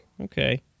Okay